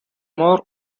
more